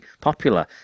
popular